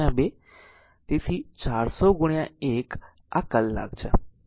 છે તેથી 400 1 કલાક આ કલાક છે